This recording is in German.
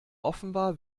offenbar